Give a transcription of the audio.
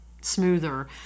smoother